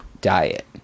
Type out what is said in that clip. diet